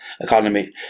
economy